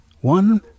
one